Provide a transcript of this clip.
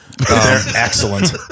Excellent